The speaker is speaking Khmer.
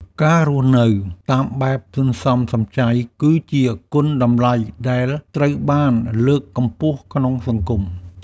ការរស់នៅតាមបែបសន្សំសំចៃ គឺជាគុណតម្លៃដែលត្រូវបានលើកកម្ពស់ក្នុងសង្គម។